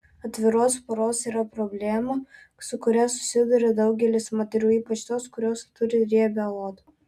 atviros poros yra problema su kuria susiduria daugelis moterų ypač tos kurios turi riebią odą